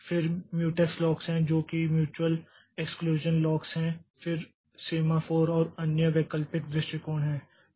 फिर mutex locks हैं जो कि म्यूचुयल एक्सक्लूषन लॉक्स हैं फिर सेमाफोर और अन्य वैकल्पिक दृष्टिकोण हैं